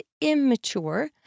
immature